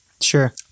sure